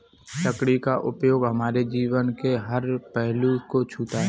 लकड़ी का उपयोग हमारे जीवन के हर पहलू को छूता है